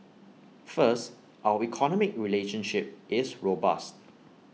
first our economic relationship is robust